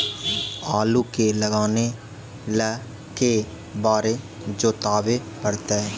आलू के लगाने ल के बारे जोताबे पड़तै?